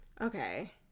Okay